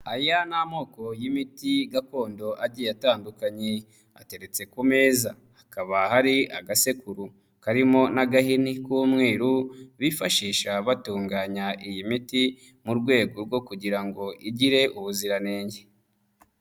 Aya ni amoko y'imiti gakondo agiye atandukanye, ateretse ku meza hakaba hari agasekuru karimo n'agahini k'umweru bifashisha batunganya iyi miti mu rwego rwo kugira ngo igire ubuziranenge.